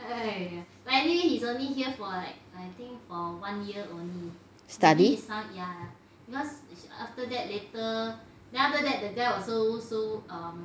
study